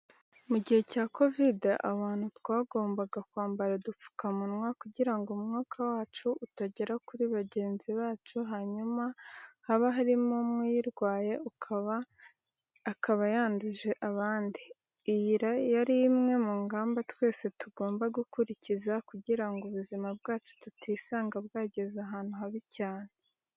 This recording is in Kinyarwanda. Mu gihe cya kovidi abantu twagombaga kwambara udupfukamunwa kugira ngo umwuka wacu utagera kuri bagenzi bacu hanyuma haba harimo umwe uyirwaye akaba yanduje abandi. Iyi yari imwe mu ngamba twese tugomba gukurikiza kugira ngo ubuzima bwacu tutisanga bwageze ahantu habi cyane.